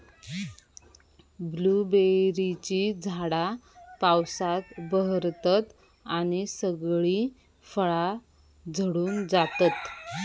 ब्लूबेरीची झाडा पावसात बहरतत आणि सगळी फळा झडून जातत